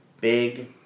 Big